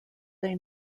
they